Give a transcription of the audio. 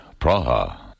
Praha